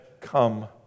Come